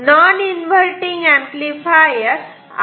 non inverting amplifier analyse करूयात